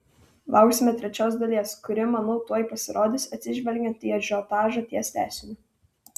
lauksime trečios dalies kuri manau tuoj pasirodys atsižvelgiant į ažiotažą ties tęsiniu